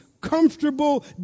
comfortable